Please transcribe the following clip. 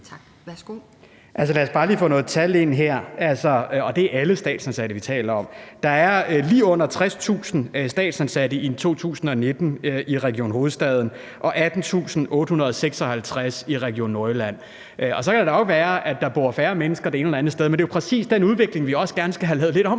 lad os bare lige få nogle tal ind her – og det er alle statsansatte, vi taler om. Der er lige under 60.000 statsansatte i 2019 i Region Hovedstaden og 18.856 i Region Nordjylland. Og så kan det da godt være, at der bor færre mennesker det ene og det andet sted, men det er jo præcis den udvikling, vi også gerne skal have lavet lidt om